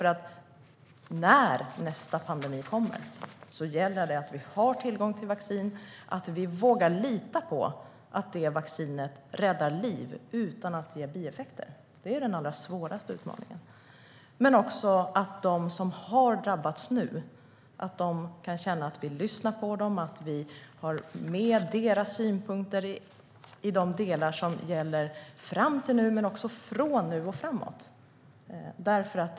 När nästa pandemi kommer måste det finnas tillgång till vaccin, och vi ska våga lita på att det vaccinet räddar liv utan att ge bieffekter. Det är den allra svåraste utmaningen. De som har drabbats nu ska känna att vi lyssnar på dem, att vi tar med deras synpunkter i de delar som gäller fram till nu och även från nu och framåt.